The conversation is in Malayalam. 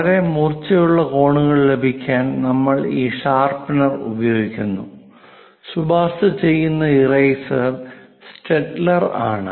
വളരെ മൂർച്ചയുള്ള കോണുകൾ ലഭിക്കാൻ നമ്മൾ ഈ ഷാർപ്നർ ഉപയോഗിക്കുന്നു ശുപാർശ ചെയ്യുന്ന ഇറേസർ സ്റ്റെയ്ഡ്ലർ ആണ്